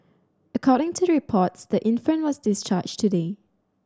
according to reports the infant was discharged today